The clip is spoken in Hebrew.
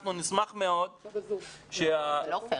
אנחנו נשמח מאוד -- זה לא פייר,